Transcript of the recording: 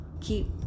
keep